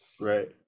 Right